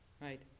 Right